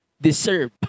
deserve